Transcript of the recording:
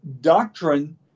doctrine